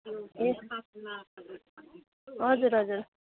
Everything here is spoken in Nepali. ए हजुर हजुर